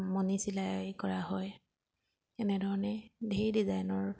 মণি চিলাই কৰা হয় এনেধৰণে ঢেৰ ডিজাইনৰ